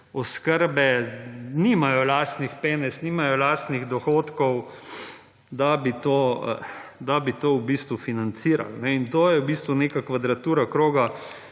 oskrbe, nimajo lastnih penez, nimajo lastnih dohodkov, da bi to v bistvu financirali. In to je v bistvu neka kvadratura kroga